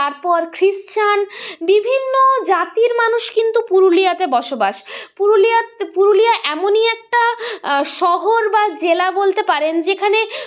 তারপর খ্রিশ্চান বিভিন্ন জাতির মানুষ কিন্তু পুরুলিয়াতে বসবাস পুরুলিয়াত পুরুলিয়া এমনি একটা শহর বা জেলা বলতে পারেন যেখানে